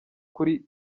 kuri